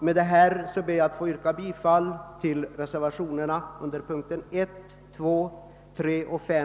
Med detta ber jag att få yrka bifall till reservationerna 1, 2, 3 och 5.